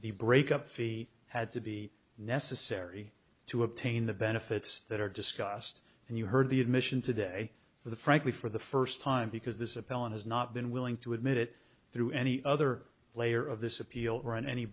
the break up fee had to be necessary to obtain the benefits that are discussed and you heard the admission today for the frankly for the first time because this appellant has not been willing to admit it through any other layer of this appeal run any